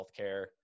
healthcare